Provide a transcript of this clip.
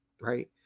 right